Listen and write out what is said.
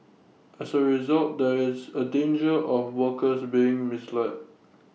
as A result there is A danger of workers being misled